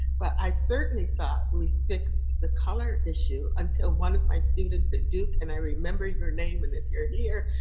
but i certainly thought we fixed the color issue until one of my students at duke, and i remember your name, and if you're here,